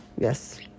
Yes